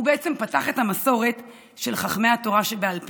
הוא בעצם פתח את המסורת של חכמי התורה שבעל פה.